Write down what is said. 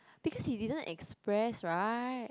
because he didn't express right